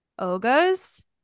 Ogas